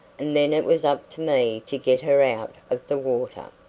and then it was up to me to get her out of the water.